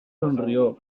sonrió